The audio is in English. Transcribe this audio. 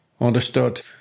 understood